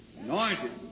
Anointed